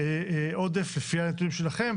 לפי הנתונים שלכם,